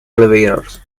elevators